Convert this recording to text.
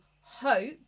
hope